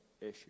issue